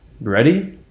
ready